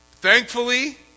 Thankfully